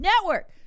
network